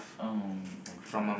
um okay